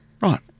Right